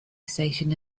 station